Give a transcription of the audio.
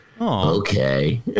Okay